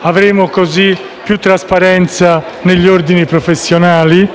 Avremo così più trasparenza negli ordini professionali,